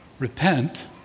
Repent